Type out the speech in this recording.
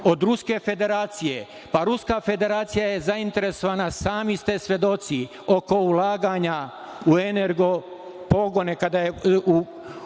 od Ruske Federacije. Ruska Federacija je zainteresovana, sami ste svedoci, oko ulaganja u energopogone,